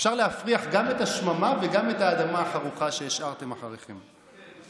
להפריח גם את השממה וגם את האדמה החרוכה שהשארתם אחריכם.